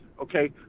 okay